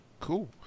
Cool